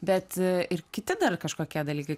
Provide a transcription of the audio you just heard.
bet ir kiti dar kažkokie dalykai